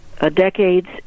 Decades